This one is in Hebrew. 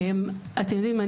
אתם יודעים,